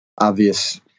obvious